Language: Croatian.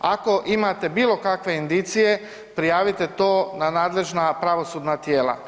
Ako imate bilo kakve indicije prijavite to na nadležna pravosudna tijela.